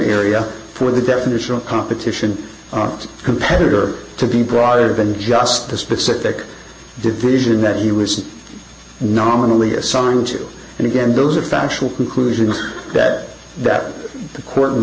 area for the definition of competition are competitor to be broader than just the specific division that he was nominally assigned to and again those are factual conclusions that that the court